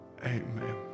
amen